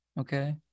Okay